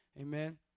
Amen